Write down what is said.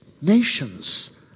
Nations